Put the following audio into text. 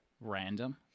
random